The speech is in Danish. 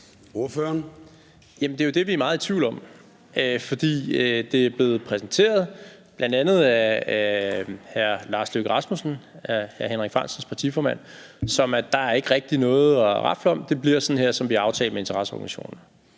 Det er jo det, vi er meget i tvivl om, for det er blevet præsenteret, bl.a. af hr. Lars Løkke Rasmussen, Henrik Frandsens partiformand, som at der ikke rigtig er noget at rafle om, og at det bliver sådan her, som det er aftalt med interesseorganisationerne.